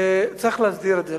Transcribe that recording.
צריך להסדיר את זה.